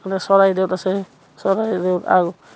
চৰাইদেউত আছে চৰাইদেউত